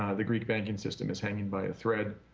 ah the greek banking system is hanging by a thread,